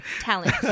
talent